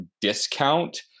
discount